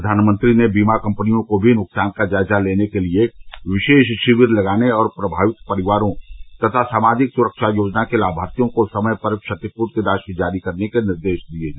प्रधानमंत्री ने बीना कम्पनियों को भी नुकसान का जायजा लेने के लिए विशेष शिविर लगाने और प्रभावित परिवारों तथा सामाजिक सुरक्षा योजना के लामार्थियों को समय पर क्षतिपूर्ति राशि जारी करने का निर्देश दिया है